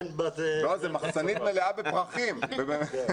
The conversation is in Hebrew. זאת מחסנית מלאה בפרחים.